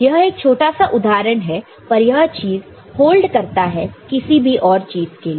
यह एक छोटा सा उदाहरण है पर यह चीज होल्ड करता है किसी भी और चीज के लिए